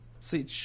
See